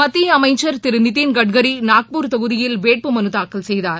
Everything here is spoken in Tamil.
மத்திய அமைச்சர் திரு நிதின் கட்காரி நாக்பூர் தொகுதியில் வேட்பு மனு தாக்கல் செய்தார்